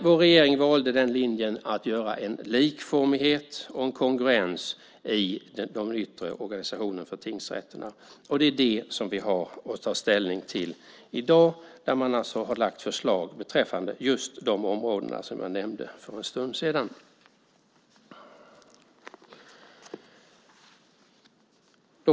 Vår regering valde den linjen att göra en likformighet och kongruens i den yttre organisationen för tingsrätterna. Det är vad vi ska ta ställning till i dag. Man har lagt fram förslag beträffande just de områden som jag nämnde för en stund sedan.